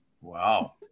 Wow